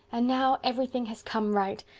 and now everything has come right.